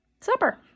supper